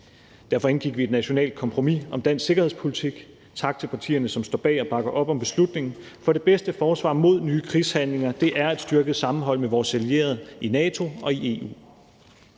Derfor indgik vi et nationalt kompromis om dansk sikkerhedspolitik. Tak til partierne, som står bag og bakker op om beslutningen, for det bedste forsvar mod nye krigshandlinger er et styrket sammenhold med vores allierede i NATO og i EU.